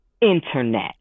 internet